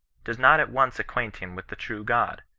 does not at once acquaint him with the true god,